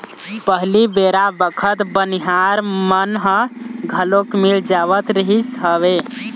पहिली बेरा बखत बनिहार मन ह घलोक मिल जावत रिहिस हवय